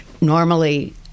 Normally –